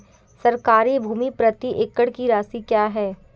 सरकारी भूमि प्रति एकड़ की राशि क्या है?